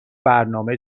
برنامه